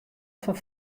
fan